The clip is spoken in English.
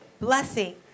blessing